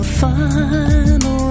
final